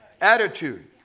attitude